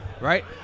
right